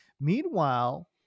Meanwhile